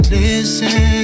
listen